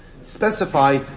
Specify